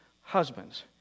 husbands